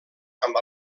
amb